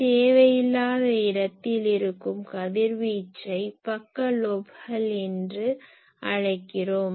எனவே தேவையில்லாத இடத்தில் இருக்கும் கதிர்வீச்சை பக்க லோப்கள் என்று அழைக்கக்கிறோம்